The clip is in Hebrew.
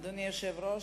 אדוני היושב-ראש,